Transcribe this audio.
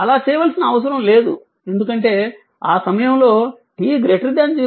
అలా చేయవలసిన అవసరం లేదు ఎందుకంటే ఆ సమయంలో t 0 ఉన్నప్పుడు u 1